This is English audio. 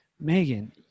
Megan